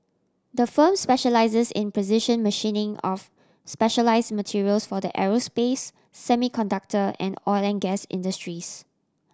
the firm specialises in precision machining of specialise materials for the aerospace semiconductor and oil and gas industries